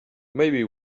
maybe